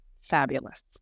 Fabulous